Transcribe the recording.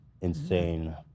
insane